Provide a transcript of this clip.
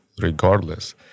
regardless